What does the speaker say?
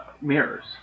mirrors